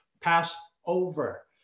Passover